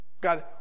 God